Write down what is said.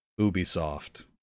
Ubisoft